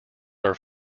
are